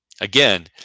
Again